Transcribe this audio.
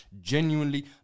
genuinely